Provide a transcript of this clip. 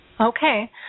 Okay